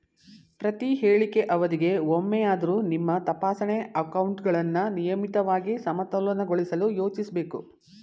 ಪ್ರತಿಹೇಳಿಕೆ ಅವಧಿಗೆ ಒಮ್ಮೆಯಾದ್ರೂ ನಿಮ್ಮ ತಪಾಸಣೆ ಅಕೌಂಟ್ಗಳನ್ನ ನಿಯಮಿತವಾಗಿ ಸಮತೋಲನಗೊಳಿಸಲು ಯೋಚಿಸ್ಬೇಕು